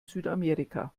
südamerika